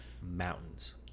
Mountains